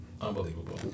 Unbelievable